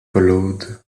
followed